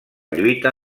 lluita